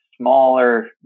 smaller